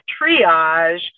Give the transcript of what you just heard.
triage